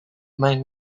mijn